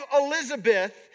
Elizabeth